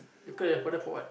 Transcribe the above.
you cry your father for what